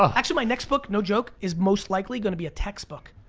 um actually, my next book, no joke, is most likely gonna be a textbook.